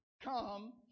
Come